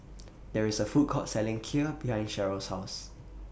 There IS A Food Court Selling Kheer behind Cheryle's House